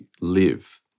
live